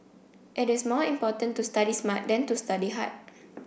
it is more important to study smart than to study hard